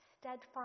steadfast